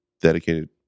dedicated